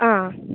आं